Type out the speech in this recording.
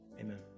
amen